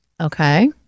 Okay